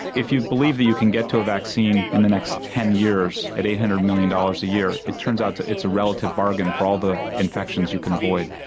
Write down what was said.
if you believe that you can get to a vaccine in the next ten years at eight hundred million dollars a year it turns out it's a relative bargain for all the infections you can avoid.